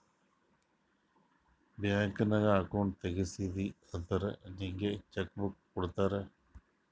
bank ನಾಗ್ account ತೆಗ್ಸಿದಿ ಅಂದುರ್ ನಿಂಗ್ ಚೆಕ್ ಬುಕ್ ಕೊಡ್ತಾರ್